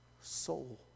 soul